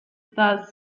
that